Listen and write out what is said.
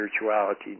Spirituality